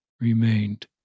remained